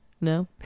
no